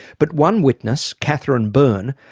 but one witness, catherine byrne,